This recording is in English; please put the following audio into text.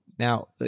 Now